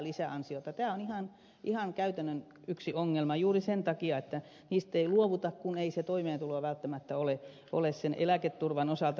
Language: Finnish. tämä on yksi ihan käytännön ongelma juuri sen takia että pelloista ei luovuta kun ei sitä toimeentuloa välttämättä ole sen eläketurvan osalta